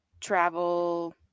travel